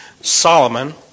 Solomon